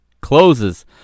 closes